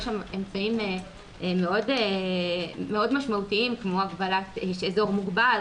יש שם אמצעים מאוד משמעותיים כמו אזור מוגבל,